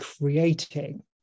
creating